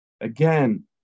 again